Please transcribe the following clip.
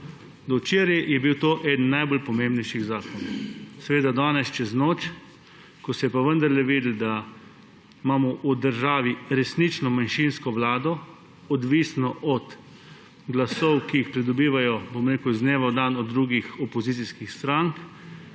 Do včeraj je bil to eden najpomembnejših zakonov. Danes, čez noč, ko se je pa vendarle videlo, da imamo v državi resnično manjšinsko vlado, odvisno od glasov, ki jih pridobivajo iz dneva v dan od drugih opozicijskih strank,